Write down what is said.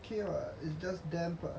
okay [what] you just dive [what]